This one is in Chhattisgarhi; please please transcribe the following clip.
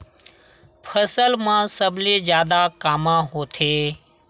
फसल मा सबले जादा कामा होथे?